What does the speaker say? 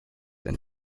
and